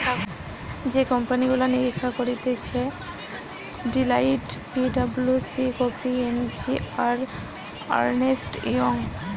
যে কোম্পানি গুলা নিরীক্ষা করতিছে Deloitte, P W C, K P M G, আর আর্নেস্ট ইয়ং